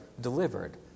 delivered